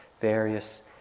various